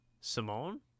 Simone